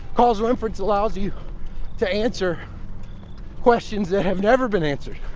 causal inference allows you to answer questions that have never been answered,